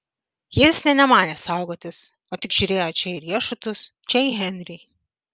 jis nė nemanė saugotis o tik žiūrėjo čia į riešutus čia į henrį